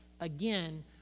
Again